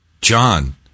John